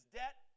debt